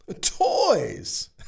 Toys